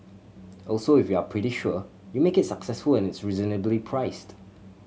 also if you're pretty sure you make it successful and it's reasonably priced